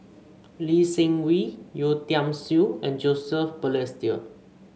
Lee Seng Wee Yeo Tiam Siew and Joseph Balestier